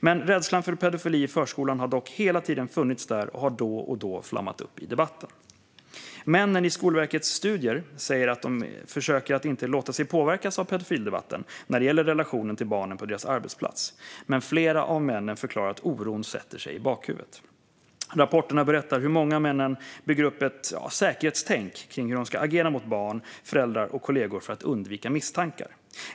Men rädslan för pedofili i förskolan har dock hela tiden funnits där och har då och då flammat upp i debatten. Männen i Skolverkets studier säger att de försöker att inte låta sig påverkas av pedofildebatten när det gäller relationen till barnen på deras arbetsplatser, men flera av männen förklarar att oron sätter sig i bakhuvudet. Rapporterna berättar hur många av männen bygger upp ett säkerhetstänk kring hur de ska agera mot barn, föräldrar och kollegor för att undvika misstankar.